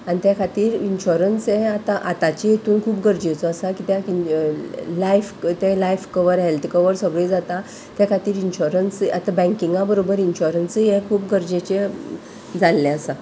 आनी त्या खातीर इन्शोरन्स हें आतां आतांचे हितून खूब गरजेचो आसा कित्याक लायफ ते लायफ कवर हेल्थ कवर सगळें जाता त्या खातीर इन्श्योरन्स आतां बँकिंगा बरोबर इन्श्योरंसय हे खूब गरजेचे जाल्ले आसा